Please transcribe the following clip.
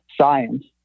science